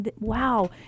wow